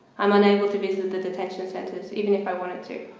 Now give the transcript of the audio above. i'm unable to visit the detention centres even if i wanted to.